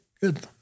good